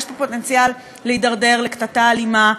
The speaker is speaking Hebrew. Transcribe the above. יש פה פוטנציאל להידרדרות לקטטה אלימה.